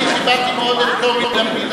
אני כיבדתי מאוד את טומי לפיד,